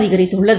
அதிகரித்துள்ளது